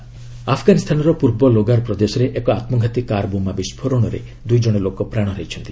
Afghanistan blast ଆଫଗାନୀସ୍ତାନର ପୂର୍ବ ଲୋଗାର୍ ପ୍ରଦେଶରେ ଏକ ଆତ୍କଘାତୀ କାର୍ ବୋମା ବିସ୍ଫୋରଣରେ ଦୂଇ ଜଣ ଲୋକ ପ୍ରାଣ ହରାଇଛନ୍ତି